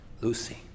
Lucy